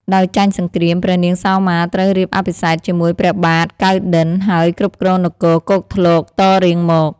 ដោយចាញ់សង្គ្រាម ព្រះនាងសោមាត្រូវរៀបអភិសេកជាមួយព្រះបាទ កៅណ្ឌិន្យ ហើយគ្រប់គ្រងនគរគោកធ្លកតរៀងមក។